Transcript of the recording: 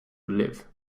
live